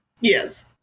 Yes